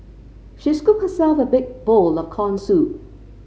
she scooped herself a big bowl of corn soup